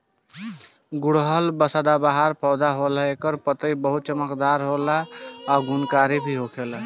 गुड़हल सदाबाहर पौधा होला एकर पतइ बहुते चमकदार होला आ गुणकारी भी होखेला